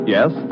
Yes